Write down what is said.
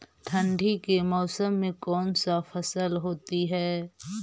ठंडी के मौसम में कौन सा फसल होती है?